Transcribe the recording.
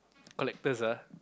collectors ah